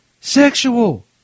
sexual